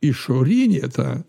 išorinė ta